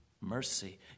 mercy